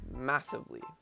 massively